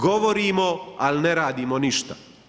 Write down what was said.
Govorimo ali ne radimo ništa.